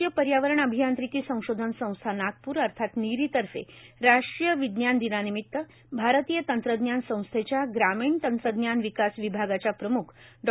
राष्ट्रीय पर्यावरण अभियांत्रिकी संशोधन संस्था नागपूर अर्थात नीरी तर्फे राष्ट्रीय विज्ञान दिनानिमित भारतीय तंत्रज्ञान संस्थेच्या ग्रामीण तंत्रज्ञान विकास विभागाच्या प्रम्ख डॉ